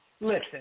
Listen